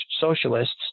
socialists